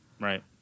Right